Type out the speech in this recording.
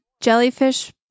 jellyfish